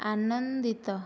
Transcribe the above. ଆନନ୍ଦିତ